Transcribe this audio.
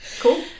Cool